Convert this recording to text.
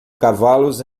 cavalos